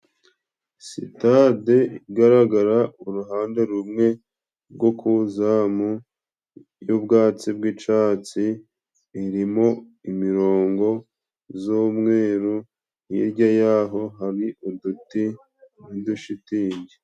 Sitade igaragara uruhande rumwe rwo ku izamu y'ubwatsi bw'icatsi, irimo imirongo z'umweru hirya y'aho hari uduti nudu Shitingi.